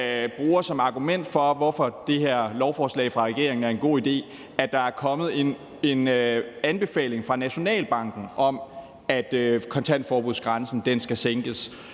som argument for, hvorfor det her lovforslag fra regeringen er en god idé, at der er kommet en anbefaling fra Nationalbanken om, at kontantforbudsgrænsen skal sænkes.